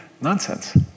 Nonsense